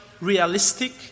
realistic